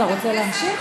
אתה רוצה להמשיך?